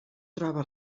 troba